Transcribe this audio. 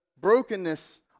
brokenness